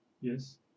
Yes